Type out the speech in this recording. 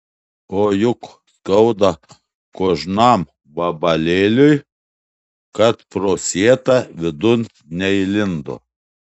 o juk skauda kožnam vabalėliui kad pro sietą vidun neįlindo